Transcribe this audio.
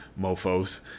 mofos